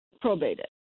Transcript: probated